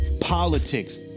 politics